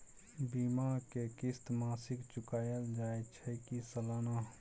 बीमा के किस्त मासिक चुकायल जाए छै की सालाना?